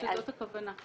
שזאת הכוונה.